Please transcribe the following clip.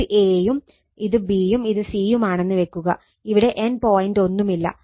ഇത് a യും ഇത് b യും ഇത് c യും ആണെന്ന് വെക്കുക ഇവിടെ N പോയന്റ് ഒന്നുമില്ല